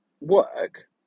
work